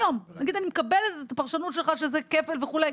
נגיד אני מקבלת את הפרשנות שלך שזה כפל וכו'.